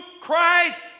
Christ